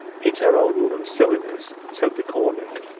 it's her old woman's silliness said the cornet,